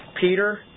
Peter